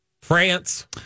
France